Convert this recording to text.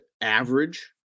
average